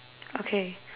okay